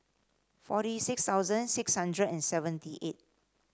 forty six thousand six hundred and seventy eight